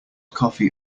coffee